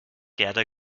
gerda